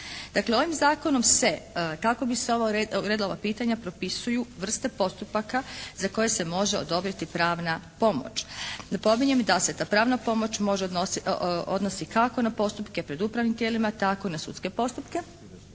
Dakle ovim zakonom se kako bi se uredila ova pitanja propisuju vrste postupaka za koje se može odobriti pravna pomoć. Napominjem da se ta pravna pomoć može odnositi, odnosi kako na postupke pred upravnim tijelima tako i na sudske postupke.